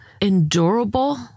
endurable